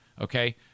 Okay